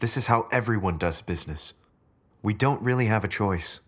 this is how everyone does business we don't really have a choice